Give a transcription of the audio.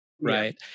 right